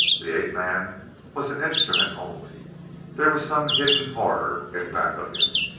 the ape-man was an instrument only there was some hidden horror in back of him,